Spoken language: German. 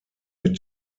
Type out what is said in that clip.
mit